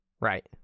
right